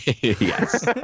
Yes